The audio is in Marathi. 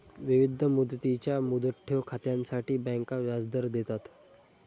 विविध मुदतींच्या मुदत ठेव खात्यांसाठी बँका व्याजदर देतात